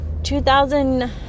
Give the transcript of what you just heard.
2000